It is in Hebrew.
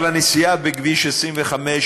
אבל הנסיעה בכביש 25,